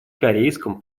корейском